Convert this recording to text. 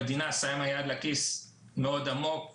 המדינה שמה יד לכיס עמוק מאוד,